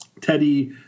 Teddy